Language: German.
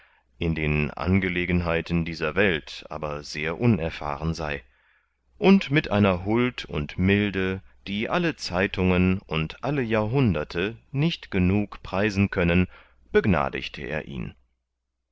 in den angelegenheiten dieser welt aber sehr unerfahren sei und mit einer huld und milde die alle zeitungen und alle jahrhunderte nicht genug preisen können begnadigte er ihn